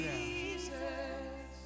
Jesus